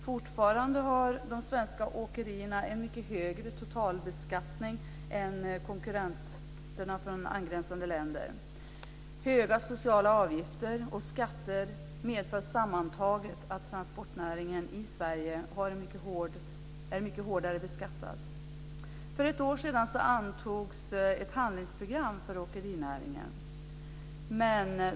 Fortfarande har de svenska åkerierna en mycket högre totalbeskattning än konkurrenterna från angränsande länder. Höga sociala avgifter och skatter medför sammantaget att transportnäringen i Sverige är mycket hårdare beskattad. För ett år sedan antogs ett handlingsprogram för åkerinäringen.